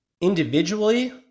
individually